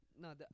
No